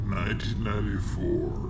1994